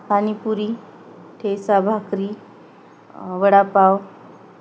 panipuri thecha bhakri vada pav